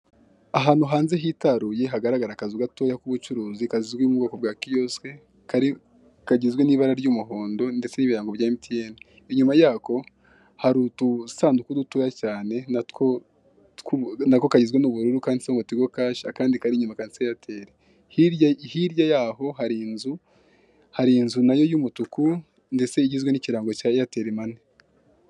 Umugabo wicaye mu intebe y'umukara imbere ye hari ameza hanyuma arimo arasoma igitamo hanyuma ruguru ye harimo haragaragara nk'ibintu birigusa nk'ibicuruzwa biragaragara ko ari mu iduka kandi arigucuruza ariko mugihe adafite umukiriya ashobora kuba yafata igitabo cye agasoma akaba arimo kwiyungura ubwenge nibyiza gusoma mri ubu buzima tubikunde banyarwanda.